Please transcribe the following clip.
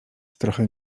trochę